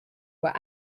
were